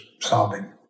sobbing